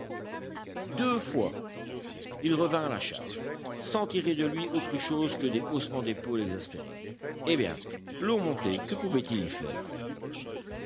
deux fois il revint à la charge sans tirer de lui autre chose que des haussements d'épaules exaspérés eh bien l'eau montait que pouvait-il y faire